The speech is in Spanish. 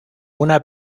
una